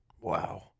Wow